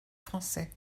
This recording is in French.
français